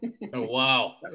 Wow